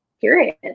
period